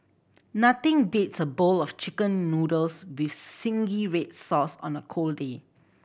nothing beats a bowl of Chicken Noodles with zingy red sauce on a cold day